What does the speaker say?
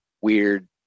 weird